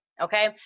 okay